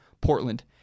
Portland